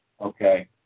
Okay